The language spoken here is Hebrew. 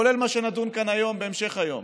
כולל מה שנדון כאן היום בהמשך היום,